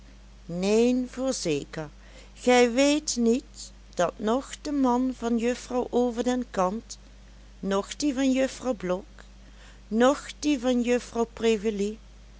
neen voorzeker gij weet niet dat noch de man van juffrouw over den kant noch die van juffrouw blok noch die van juffrouw